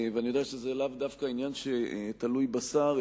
ואני יודע שזה לאו דווקא עניין שתלוי בשר,